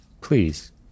please